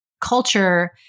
culture